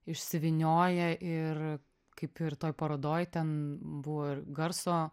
išsivynioja ir kaip ir toj parodoj ten buvo ir garso